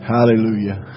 Hallelujah